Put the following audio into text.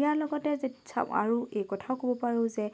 ইয়াৰ লগতে আৰু এই কথাও ক'ব পাৰো যে